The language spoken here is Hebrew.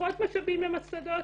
פחות משאבים למוסדות,